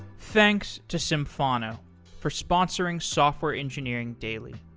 thanks to symphono for sponsoring software engineering daily.